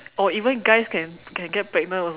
or even guys can can get pregnant also